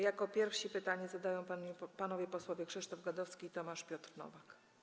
Jako pierwsi pytanie zadają panowie posłowie Krzysztof Gadowski i Tomasz Piotr Nowak.